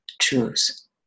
choose